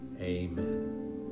Amen